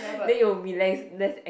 then you will be less less act~